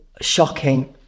shocking